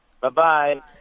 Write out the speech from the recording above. Bye-bye